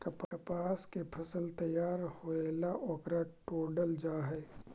कपास के फसल तैयार होएला ओकरा तोडल जा हई